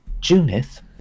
Junith